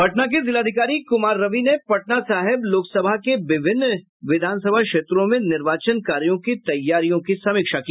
पटना के जिलाधिकारी कुमार रवि ने पटना साहिब लोकसभा के विभिन्न विधानसभा क्षेत्रों में निर्वाचन कार्यों की तैयारियों की समीक्षा की